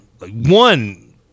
One